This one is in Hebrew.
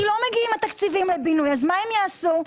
לא מגיעים התקציבים לבינוי אז מה הם יעשו?